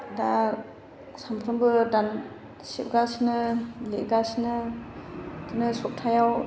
दा सानफ्रामबो सिबगासिनो लिरगासिनो बिदिनो सफ्थायाव